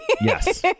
Yes